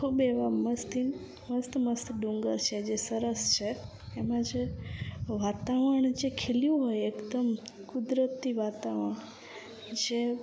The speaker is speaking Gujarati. ખૂબ એવા મસ્ત મસ્ત ડુંગર છે જે સરસ છે એમાં જે વાતાવરણ જે ખીલ્યું હોય એકદમ કુદરતી વાતાવરણ જે